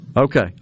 Okay